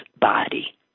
body